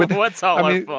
what's all my